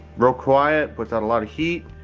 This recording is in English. real quiet, puts out a lot of heat.